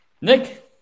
Nick